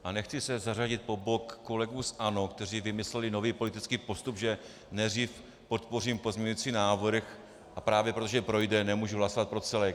A nechci se zařadit po bok kolegů z ANO, kteří vymysleli nový politický postup, že nejdřív podpořím pozměňující návrh a právě proto, že projde, nemůžu hlasovat pro celek.